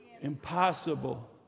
impossible